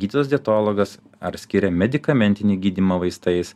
gydytojas dietologas ar skiria medikamentinį gydymą vaistais